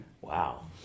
Wow